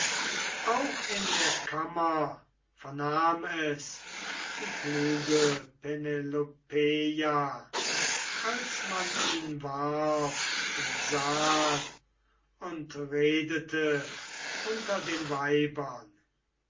auch in der kammer vernahm es die kluge penelopeia als man ihn warf im saal und redete unter den weibern